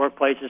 workplaces